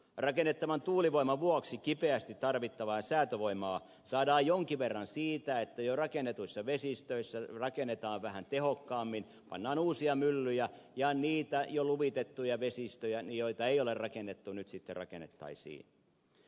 rakennettavan tuulivoiman vuoksi kipeästi tarvittavaa säätövoimaa saadaan jonkin verran siitä että jo rakennetuissa vesistöissä rakennetaan vähän tehokkaammin pannaan uusi myllyjä ja niitä jo luvitettuja vesistöjä joita ei ole rakennettu nyt sitten rakennettaisiin